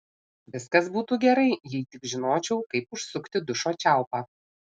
viskas būtų gerai jei tik žinočiau kaip užsukti dušo čiaupą